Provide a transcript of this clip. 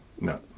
No